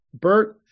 Bert